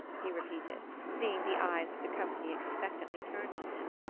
he repeated, seeing the eyes of the company expectantly turned on him,